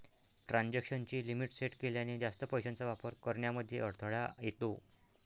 transaction ची limit set केल्याने, जास्त पैशांचा वापर करण्यामध्ये अडथळा येतो